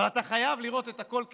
אבל אתה חייב לראות את הכול כמכלול.